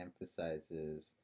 emphasizes